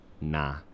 Nah